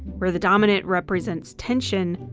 where the dominant represents tension,